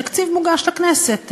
התקציב מוגש לכנסת עשרה,